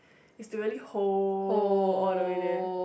is to really hold all the way there